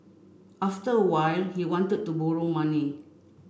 after a while he wanted to borrow money